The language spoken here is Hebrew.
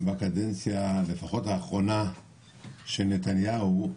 לפחות בקדנציה האחרונה של נתניהו,